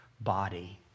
body